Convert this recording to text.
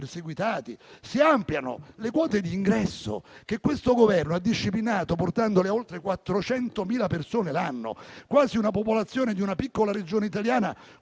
perseguitati e si ampliano le quote di ingresso, che questo Governo ha disciplinato, portandole a oltre 400.000 persone l'anno, ossia quasi la popolazione di una piccola Regione italiana